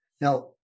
Now